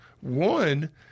One